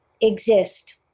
exist